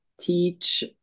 teach